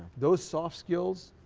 those soft skills,